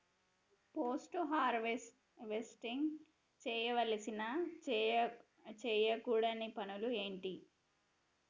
Post harvesting చేయవలసిన చేయకూడని పనులు ఏంటి?